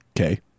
Okay